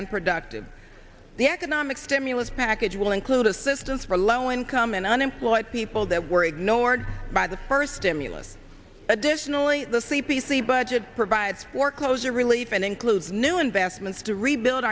and productive the economic stimulus package will include assistance for low income and unemployed people that were ignored by the first stimulus additionally the c p c budget provides foreclosure relief and includes new investments to rebuild